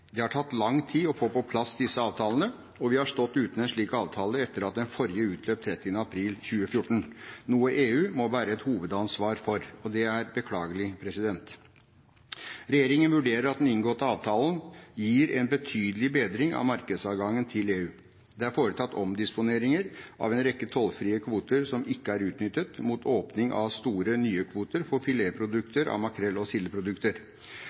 Det har tatt lang tid å få på plass disse avtalene, og vi har stått uten en slik avtale etter at den forrige utløp 30. april 2014, noe EU må bære et hovedansvar for. Det er beklagelig. Regjeringen vurderer at den inngåtte avtalen gir en betydelig bedring av markedsadgangen til EU. Det er foretatt omdisponeringer av en rekke tollfrie kvoter som ikke er utnyttet, mot åpning av store, nye kvoter for filetprodukter av makrell og sildeprodukter.